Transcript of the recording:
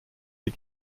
sie